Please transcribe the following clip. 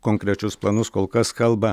konkrečius planus kol kas kalba